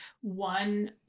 one